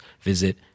visit